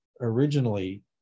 originally